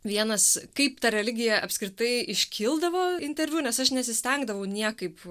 vienas kaip ta religija apskritai iškildavo interviu nes aš nesistengdavau niekaip